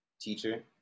teacher